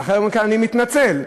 ולאחר מכן: אני מתנצל.